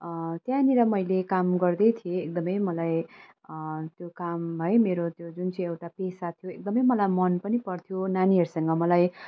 त्यहाँनिर मैले काम गर्दै थिएँ एकदमै मलाई त्यो काम है मेरो त्यो जुन चाहिँ एउटा पेसा थियो एकदमै मलाई मन पनि पर्थ्यो नानीहरूसँग मलाई